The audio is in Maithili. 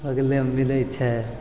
बगलेमे मिलै छै